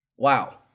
Wow